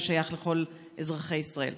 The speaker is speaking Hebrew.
ששייך לכל אזרחי ישראל?